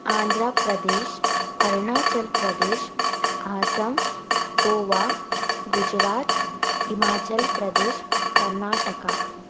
Andhra Pradesh Arunachal Pradesh Assam Goa Gujarat Himachal Pradesh Karnataka